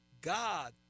God